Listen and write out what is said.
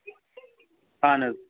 اہن حظ